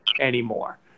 anymore